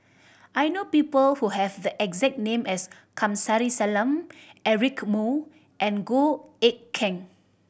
I know people who have the exact name as Kamsari Salam Eric Moo and Goh Eck Kheng